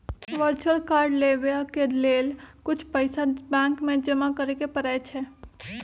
virtual card लेबेय के लेल कुछ पइसा बैंक में जमा करेके परै छै